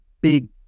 big